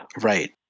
Right